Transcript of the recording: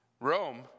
Rome